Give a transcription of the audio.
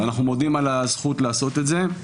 ואנחנו מודים על הזכות לעשות את זה.